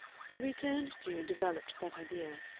he returned to and developed that idea.